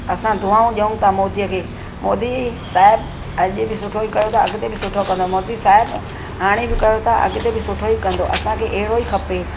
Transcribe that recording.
असां दुआऊं ॾियूं था मोदीअ खे मोदी साहिबु अॼु बि सुठो ई कयो था अॻिते बि सुठो ई कंदो मोदी साहिबु हाणे बि कयो अॻिते बि सुठो ई कंदो असांखे अहिड़ो ई खपे